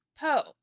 Poe